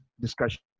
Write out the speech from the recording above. discussion